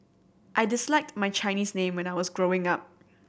I disliked my Chinese name when I was growing up